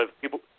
people